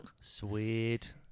Sweet